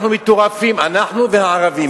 אנחנו מטורפים, אנחנו והערבים.